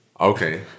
Okay